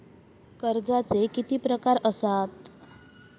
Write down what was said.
कर्जाचे किती प्रकार असात?